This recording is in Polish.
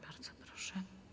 Bardzo proszę.